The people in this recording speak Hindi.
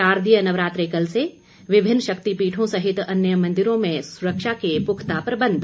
शारदीय नवरात्रे कल से विभिन्न शक्तिपीठों सहित अन्य मंदिरों में सुरक्षा के पुख्ता प्रबंध